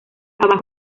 abajo